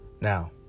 now